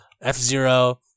F-Zero